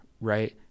right